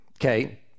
okay